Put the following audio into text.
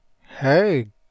Hey